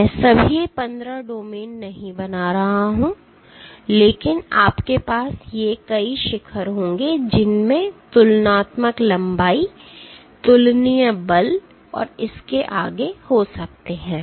मैं सभी 15 डोमेन नहीं बना रहा हूं लेकिन आपके पास ये कई शिखर होंगे जिनमें तुलनात्मक लंबाई तुलनीय बल और इसके आगे हो सकते हैं